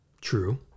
True